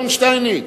אדון שטייניץ?